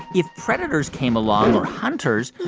if predators came along or hunters,